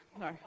No